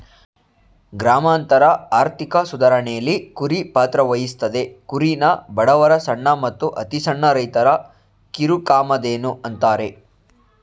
ಗ್ರಾಮಾಂತರದ ಆರ್ಥಿಕ ಸುಧಾರಣೆಲಿ ಕುರಿ ಪಾತ್ರವಹಿಸ್ತದೆ ಕುರಿನ ಬಡವರ ಸಣ್ಣ ಮತ್ತು ಅತಿಸಣ್ಣ ರೈತರ ಕಿರುಕಾಮಧೇನು ಅಂತಾರೆ